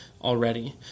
already